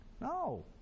no